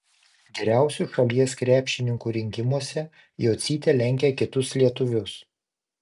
geriausių šalies krepšininkų rinkimuose jocytė lenkia kitus lietuvius